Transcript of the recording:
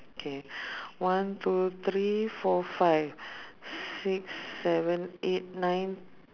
okay one two three four five six seven eight nine